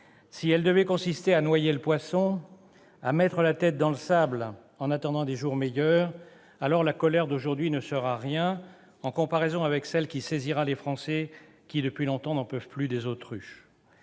si elle devait consister à noyer le poisson, à mettre la tête dans le sable en attendant des jours meilleurs, alors la colère d'aujourd'hui ne sera rien en comparaison de celle qui saisira les Français, qui, depuis longtemps, n'en peuvent plus des autruches